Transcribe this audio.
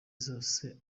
zose